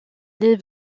les